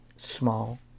small